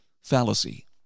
fallacy